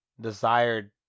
desired